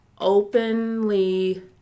openly